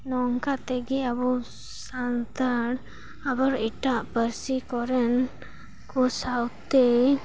ᱱᱚᱝᱠᱟ ᱛᱮᱜᱮ ᱟᱵᱚ ᱥᱟᱱᱛᱟᱲ ᱟᱵᱟᱨ ᱮᱴᱟᱜ ᱯᱟᱹᱨᱥᱤ ᱠᱚᱨᱮᱱ ᱠᱚ ᱥᱟᱶᱛᱮ